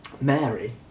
Mary